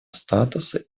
статута